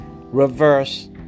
reverse